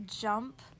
jump